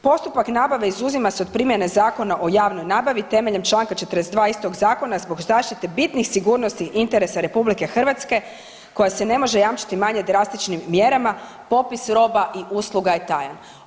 Postupak nabave izuzima se od primjene Zakona o javnoj nabavi temeljem Članka 42. istog zakona zbog zaštite bitnih sigurnosti i interesa RH koja se ne može jamčiti manje drastičnim mjerama, popis roba i usluga je tajan.